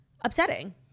upsetting